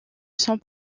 son